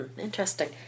Interesting